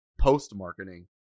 post-marketing